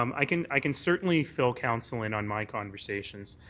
um i can i can certainly fill council in on my conversations.